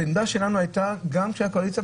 העמדה שלנו הייתה גם כשהקואליציה,